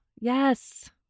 Yes